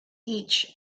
each